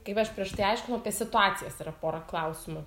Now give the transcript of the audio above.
kaip aš prieš tai aiškinau apie situacijas yra pora klausimų